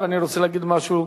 אזולאי, ואני רוצה להגיד משהו.